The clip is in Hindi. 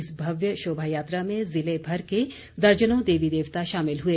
इस भव्य शोभा यात्रा में जिले भर के दर्जनों देवी देवता शामिल हुए